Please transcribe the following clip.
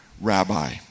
rabbi